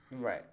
Right